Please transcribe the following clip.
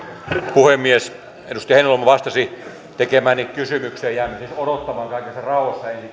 puhemies edustaja heinäluoma vastasi tekemääni kysymykseen ja jään nyt odottamaan kaikessa rauhassa ensi